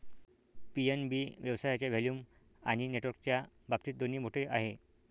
PNB व्यवसायाच्या volume आणि नेटवर्कच्या बाबतीत दोन्ही मोठे आहे